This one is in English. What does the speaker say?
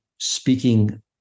speaking